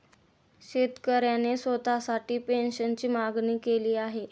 शेतकऱ्याने स्वतःसाठी पेन्शनची मागणी केली आहे